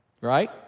Right